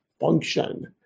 function